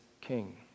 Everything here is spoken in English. king